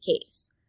case